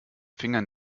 fingern